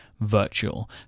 virtual